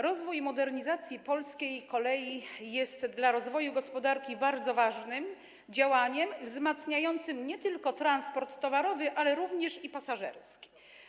Rozwój modernizacji polskiej kolei jest dla rozwoju gospodarki bardzo ważnym działaniem wzmacniającym transport nie tylko towarowy, ale również pasażerski.